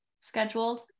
scheduled